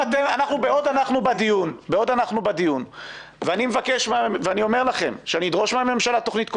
בעוד אנחנו בדיון אני אומר לכם שאני אדרוש מהממשלה תכנית כוללת,